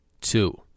Two